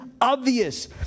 obvious